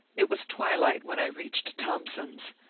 it was twilight when i reached thomp son's,